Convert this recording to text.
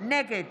נגד